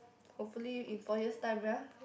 hopefully in four years' time ya